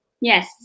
Yes